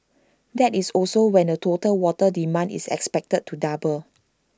that is also when the total water demand is expected to double